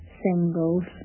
singles